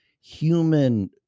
human